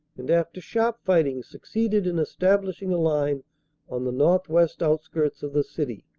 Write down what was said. and after sharp fighting suc ceeded in establishing a line on the northwest outskirts of the city.